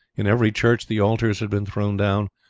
in every church the altars had been thrown down,